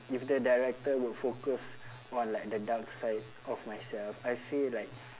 if the director would focus on like the dark side of myself I feel like